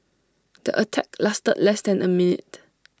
the attack lasted less than A minute